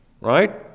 right